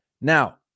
Now